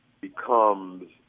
becomes